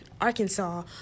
Arkansas